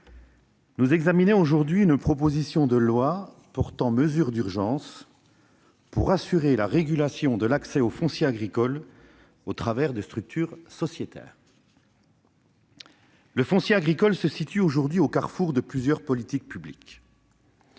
nous examinons aujourd'hui la proposition de loi portant mesures d'urgence pour assurer la régulation de l'accès au foncier agricole au travers de structures sociétaires. Le foncier agricole se situe au carrefour de plusieurs politiques publiques